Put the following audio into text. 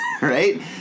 right